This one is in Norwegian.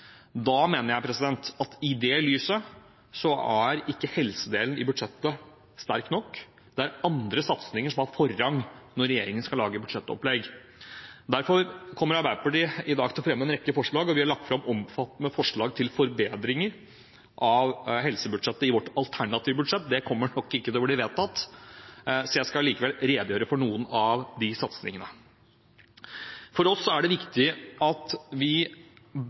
Da mener jeg at i lys av dette er ikke helsedelen i budsjettet sterk nok. Det er andre satsinger som har forrang når regjeringen skal lage budsjettopplegg. Derfor kommer Arbeiderpartiet i dag til å fremme en rekke forslag, og vi har lagt fram omfattende forslag til forbedringer av helsebudsjettet i vårt alternative budsjett. Det kommer nok ikke til å bli vedtatt. Jeg skal likevel redegjøre for noen av de satsingene. For oss er det viktig at vi